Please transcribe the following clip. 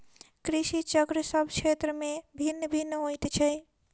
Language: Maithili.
कृषि चक्र सभ क्षेत्र मे भिन्न भिन्न होइत छै